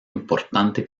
importante